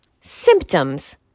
Symptoms